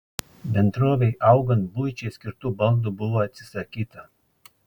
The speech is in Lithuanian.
bendrovei augant buičiai skirtų baldų buvo atsisakyta